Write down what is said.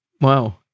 Wow